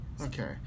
Okay